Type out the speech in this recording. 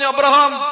Abraham